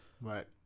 right